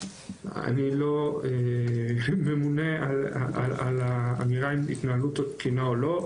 אני לא ממונה על האמירה אם התנהלות תקינה או לא,